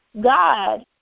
God